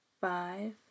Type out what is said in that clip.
five